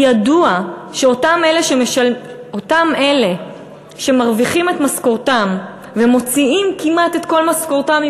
כי ידוע שאותם אלה שמרוויחים את משכורתם ומוציאים כמעט את כל משכורתם,